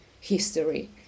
history